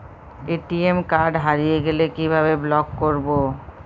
ATM card হারিয়ে গেলে কিভাবে ব্লক করবো?